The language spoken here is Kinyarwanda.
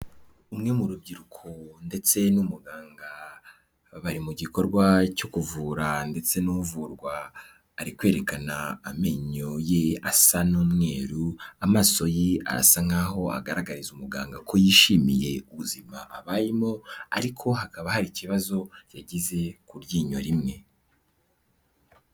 Umwe mu rubyiruko ndetse n'umuganga bari mu gikorwa cyo kuvura ndetse n'uvurwa ari kwerekana amenyo ye asa n'umweru, amaso ye asa nkaho agaragariza umuganga ko yishimiye ubuzima abayemo ariko hakaba hari ikibazo yagize ku ryinyo rimwe.